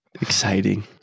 Exciting